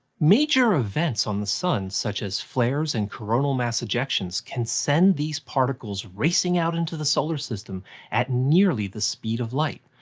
major events on the sun, such as flares and coronal mass ejections, can send these particles racing out into the solar system at nearly the speed of light.